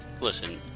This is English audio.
Listen